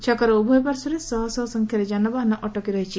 ଛକର ଉଭୟ ପାର୍ଶ୍ୱରେ ଶହଶହ ସଂଖ୍ୟାରେ ଯାନବାହାନ ଅଟକି ରହିଛି